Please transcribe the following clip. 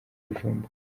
bujumbura